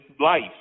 life